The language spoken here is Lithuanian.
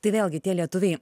tai vėlgi tie lietuviai